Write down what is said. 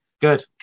good